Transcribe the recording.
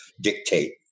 dictate